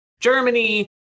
Germany